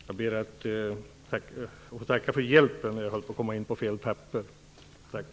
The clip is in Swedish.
Fru talman! Jag ber att få tacka för hjälpen. Jag höll på att komma in på fel papper. Tack!